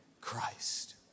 Christ